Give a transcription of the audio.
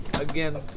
again